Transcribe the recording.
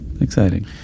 exciting